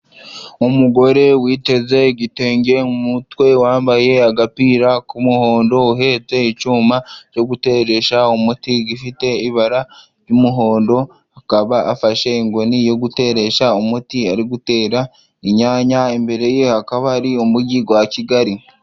Umugore witeze igitenge mu mutwe wambaye agapira k'umuhondo uhetse icyuma cyo guteresha umuti gifite ibara ry'umuhondo akaba afashe inkoni yo guteresha umuti ari gutera inyanya imbere ye hakaba ari umujyi wa Kigali.